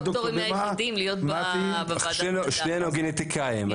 שנינו גנטיקאים,